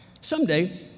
Someday